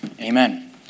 Amen